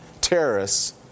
terrorists